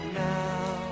now